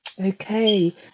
okay